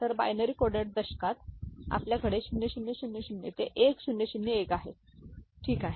तर binary coded दशकात आपल्याकडे 0000 ते 1001 आहे ठीक आहे